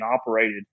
operated